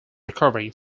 recovering